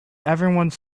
everyone